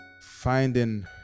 finding